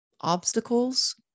obstacles